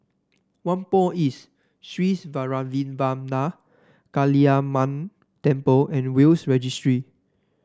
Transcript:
Whampoa East Sri Vairavimada Kaliamman Temple and Will's Registry